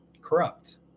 corrupt